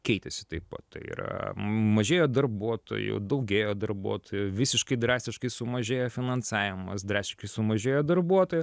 keitėsi taip pat tai yra mažėjo darbuotojų daugėjo darbuotojų visiškai drastiškai sumažėja finansavimas drastiškai sumažėjo darbuotojų